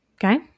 Okay